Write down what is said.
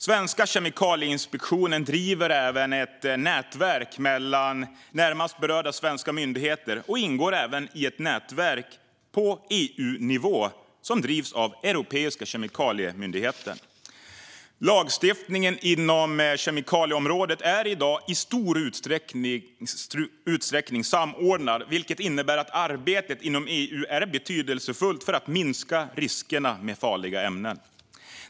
Svenska Kemikalieinspektionen driver även ett nätverk mellan närmast berörda svenska myndigheter och ingår även i ett nätverk på EU-nivå som drivs av Europeiska kemikaliemyndigheten. Lagstiftningen inom kemikalieområdet är i dag i stor utsträckning samordnad, vilket innebär att arbetet inom EU är betydelsefullt för att minska riskerna med farliga ämnen.